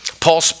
Paul